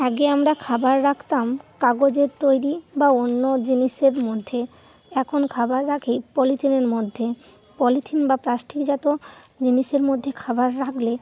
আগে আমরা খাবার রাখতাম কাগজের তৈরি বা অন্য জিনিসের মধ্যে এখন খাবার রাখি পলিথিনের মধ্যে পলিথিন বা প্লাস্টিকজাত জিনিসের মধ্যে খাবার রাখলে